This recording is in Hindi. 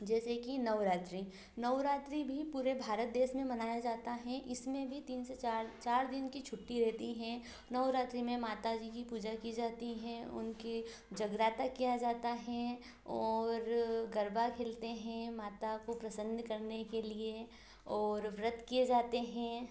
जैसे कि नवरात्रि नवरात्रि भी पूरे भारत देश में मनाया ज़ाता है इसमें भी तीन से चार चार दिन की छुट्टी रहती हैं नवरात्रि में माता जी कि पूज़ा कि ज़ाती हैं उनकी जगराता किया जाता है और गरबा खेलते है माता को प्रसन्न करने के लिए और व्रत किए जाते हैं